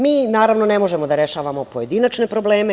Mi, naravno, ne možemo da rešavamo pojedinačne probleme.